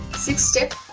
sixth step,